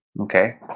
Okay